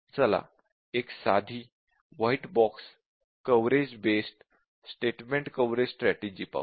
चला एक साधी white box coverage based statement coverage strategy पाहू